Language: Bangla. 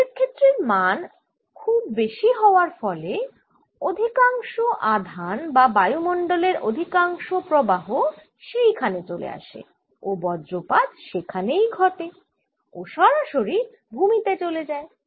তড়িৎ ক্ষেত্রের মান খুব বেশি হওয়ার ফলে অধিকাংশ আধান বা বায়ুমণ্ডলের অধিকাংশ প্রবাহ সেই খানে চলে আসে ও বজ্রপাত সেখানেই ঘটে ও সরাসরি ভুমি তে চলে যায়